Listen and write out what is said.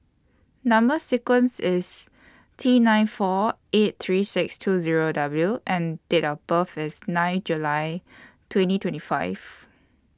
Number sequence IS T nine four eight three six two Zero W and Date of birth IS nine July twenty twenty five